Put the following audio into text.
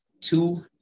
two